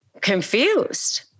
confused